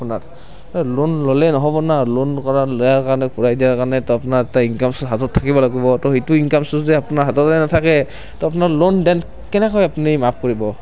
আপোনাৰ লোন ল'লে নহ'ব না লোন লোৱাৰ কাৰণে ঘূৰাই দিয়াৰ কাৰণেতো আপোনাৰ এটা ইনকাম চ'ৰ্চ হাতত থাকিব লাগিব তো সেইটো ইনকাম চ'ৰ্চ যদি আপোনাৰ হাততে নাথাকে তো আপোনাৰ লোন কেনেকৈ আপুনি মাফ কৰিব